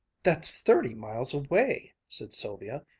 that's thirty miles away! said sylvia,